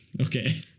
Okay